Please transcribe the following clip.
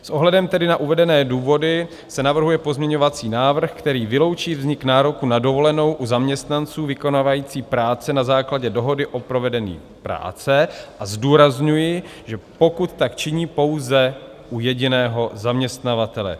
S ohledem na uvedené důvody se tedy navrhuje pozměňovací návrh, který vyloučí vznik nároku na dovolenou u zaměstnanců vykonávající práce na základě dohody o provedení práce, a zdůrazňuji, že pokud tak činí pouze u jediného zaměstnavatele.